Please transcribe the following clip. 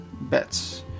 bets